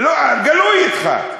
גלוי אתך.